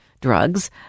drugs